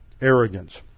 arrogance